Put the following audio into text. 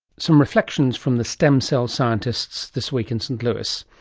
some reflections from the stem cell scientists this week in st. louis.